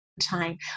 time